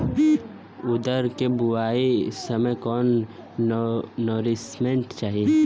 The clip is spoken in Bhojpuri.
उरद के बुआई के समय कौन नौरिश्मेंट चाही?